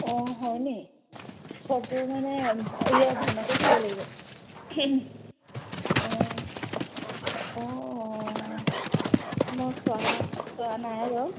অঁ হয় নেকি চববোৰ মানে উৰিয়া গানকে খাব লাগিব অঁ অঁ অঁ মই চোৱা চোৱা নাই বাৰু